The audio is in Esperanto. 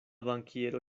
bankiero